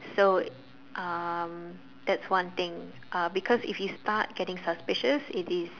so um that's one thing uh because if you start getting suspicious it is